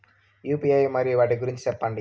UPI మరియు వాటి గురించి సెప్పండి?